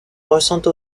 ressentent